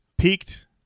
Peaked